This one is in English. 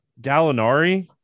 Gallinari